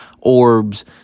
orbs